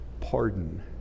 pardon